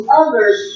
others